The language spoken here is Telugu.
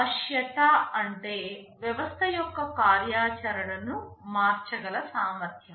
వశ్యత అంటే వ్యవస్థ యొక్క కార్యాచరణను మార్చగల సామర్థ్యం